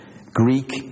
Greek